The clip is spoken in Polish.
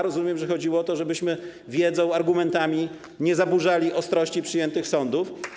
Rozumiem, że chodziło o to, żebyśmy wiedzą, argumentami nie zaburzali ostrości przyjętych sądów.